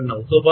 25 2